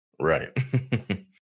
Right